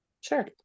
sure